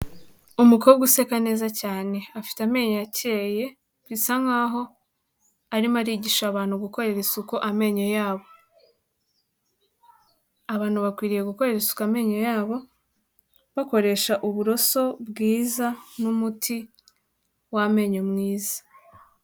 Umukobwa useka neza cyane, afite amenyo akeye bisa nkaho arimo arigisha abantu gukorera isuku amenyo yabo. Abantu bakwiriye gukorera isuku amenyo yabo, bakoresha uburoso bwiza n'umuti w'amenyo mwiza.